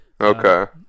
Okay